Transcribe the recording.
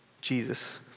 Jesus